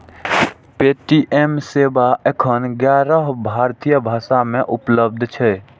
Paytm सेवा एखन ग्यारह भारतीय भाषा मे उपलब्ध छै